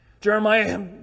Jeremiah